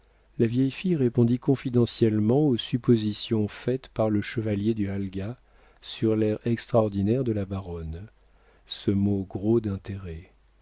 la vieille fille répondit confidentiellement aux suppositions faites par le chevalier du halga sur l'air extraordinaire de la baronne ce mot gros d'intérêt